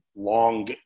long